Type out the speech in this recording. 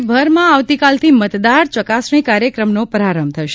રાજ્યભરમાં આવતીકાલથી મતદાર ચકાસણી કાર્યક્રમનો પ્રારંભ થશે